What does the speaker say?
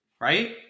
right